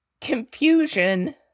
confusion